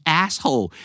asshole